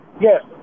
Yes